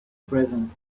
present